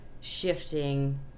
shifting